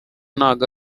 ntago